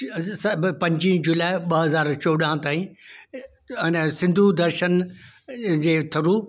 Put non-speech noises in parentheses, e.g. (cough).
(unintelligible) पंजी जुलाइ ॿ हज़ार चोॾहं ताईं इन सिंधु दर्शन जे थ्रू